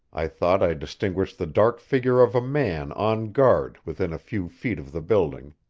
i thought i distinguished the dark figure of a man on guard within a few feet of the building,